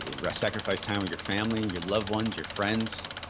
and rest, sacrifice time with your family and your loved ones, your friends,